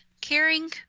caring